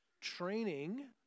training